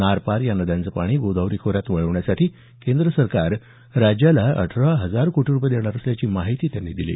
नार पार या नद्यांचं पाणी गोदावरी खोऱ्यात वळवण्यासाठी केंद्र सरकार राज्याला अठरा हजार कोटी रुपये देणार असल्याची माहिती त्यांनी यावेळी दिली